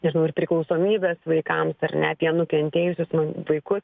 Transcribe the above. nežinau ir priklausomybes vaikams ar ne apie nukentėjusius nuo vaikus